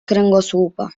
kręgosłupa